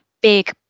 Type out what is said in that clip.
big